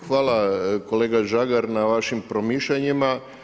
Hvala kolega Žagar na vašim promišljanjima.